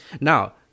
now